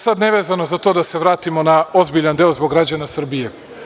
Sad, nevezano za to, da se vratimo na ozbiljan deo zbog građana Srbije.